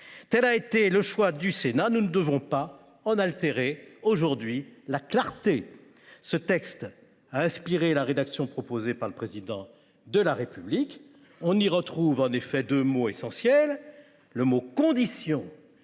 Tel a été le choix du Sénat. Nous ne devons pas aujourd’hui en altérer la clarté. Ce texte a inspiré la rédaction proposée par le Président de la République. On y retrouve, en effet, deux mots essentiels :« conditions